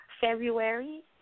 February